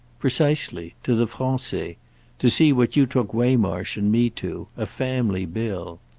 precisely to the francais to see what you took waymarsh and me to, a family-bill.